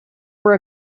were